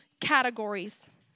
categories